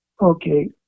Okay